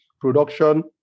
production